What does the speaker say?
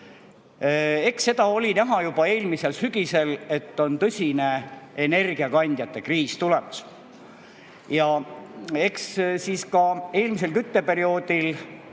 Eks seda oli näha juba eelmisel sügisel, et tõsine energiakandjate kriis on tulemas. Ja eks me siis eelmisel kütteperioodil